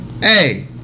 Hey